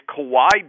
Kawhi